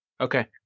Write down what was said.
Okay